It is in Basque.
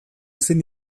ezin